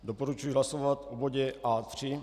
Doporučuji hlasovat o bodu A3.